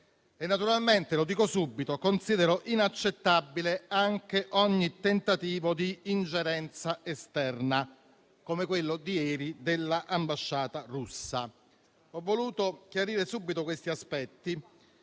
subito - considero inaccettabile anche ogni tentativo di ingerenza esterna, come quello di ieri dell'ambasciata russa. Ho voluto chiarire subito questi aspetti,